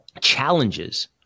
challenges